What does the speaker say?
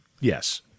Yes